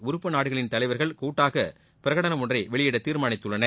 உறப்புநாடுகளின் தலைவர்கள் கூட்டாக பிரகடனம் ஒன்றை வெளியிட தீர்மானித்துள்ளன